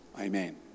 Amen